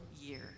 year